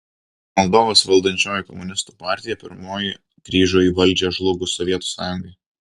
moldovos valdančioji komunistų partija pirmoji grįžo į valdžią žlugus sovietų sąjungai